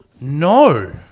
No